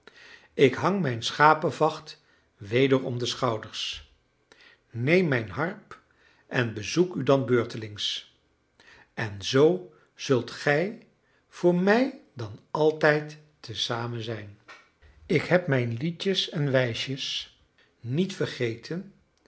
ik hang mijn schapevacht weder om de schouders neem mijn harp en bezoek u dan beurtelings en zoo zult gij voor mij dan altijd te zamen zijn ik heb mijn liedjes en wijsjes niet vergeten